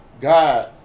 God